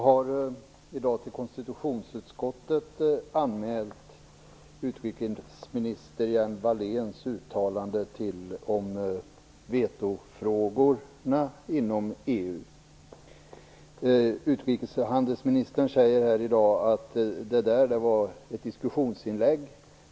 Herr talman! Jag har i dag anmält utrikesminister Utrikeshandelsministern säger här i dag att det var ett diskussionsinlägg.